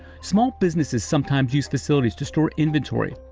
small businesses sometimes use facilities to store inventory,